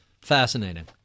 fascinating